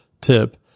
tip